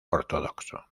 ortodoxo